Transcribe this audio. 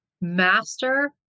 master